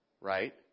right